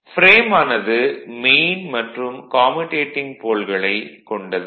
frame ஆனது main மற்றும் commutating போல்களை கொண்டது